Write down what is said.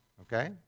okay